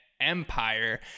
empire